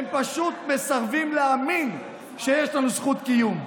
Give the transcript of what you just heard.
הם פשוט מסרבים להאמין שיש לנו זכות קיום.